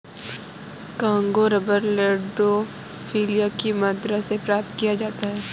Congo rubber Landolphia की मदिरा से प्राप्त किया जाता है